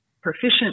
Proficient